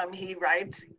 um he writes,